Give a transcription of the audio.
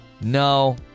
No